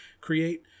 create